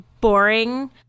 boring